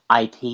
ip